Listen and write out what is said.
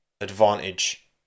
advantage